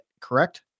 correct